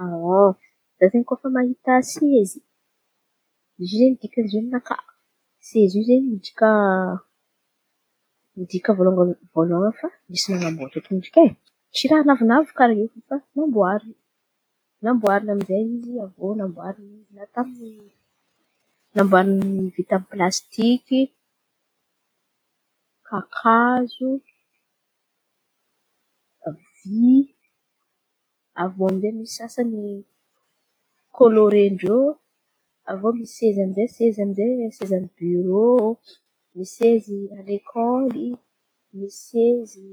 Refa anô kôfa mahita seza, izy io izen̈y dika izy io aminakà izy io izen̈y midika misy vôlambôlan̈a fa misy manambôtra tomboky e. Tsy raha navy navy karàha io fa namboarin̈a, namboariny vita amy plastiky, kakazo, vy, avy eo amy izey misy sasany kôlôren-dreo. Avy eo misy seza amy izey seza amizay sezan'ny birô, misy sezy alekôly, misy sezy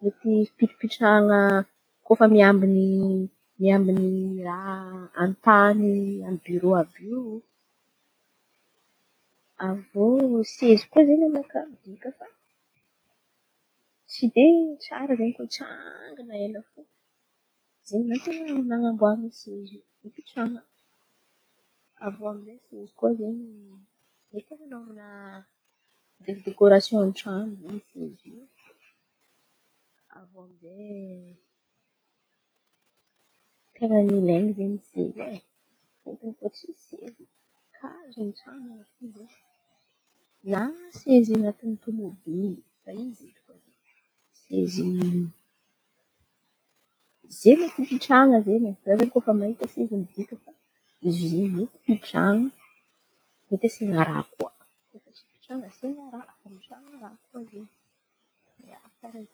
mety pitry pitren̈a kôfa miambin̈a miambin̈y raha an-tany amy birô àby io. Avy eo seza koa izen̈y aminakà midika fa tsy de tsara izen̈y koa tsangan̈a ela zey mihitsy nanamboaran̈a seza io hipetrahan̈a. Avy eo amy izey seza ko izen̈y mety anan̈ôvana dekô dekôrasion an-tran̈o seza. Io avy eo amy izey ten̈a ilain̈a izen̈y seza e fôtony tsisy seza aiza ametrahan̈y olo anaty tran̈o aô na seza anaty tômôbily. Sezy zey le fipetrahana izen̈y refa resaky seza mety asiana raha koa ametrahana raha koa iren̈y.